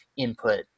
input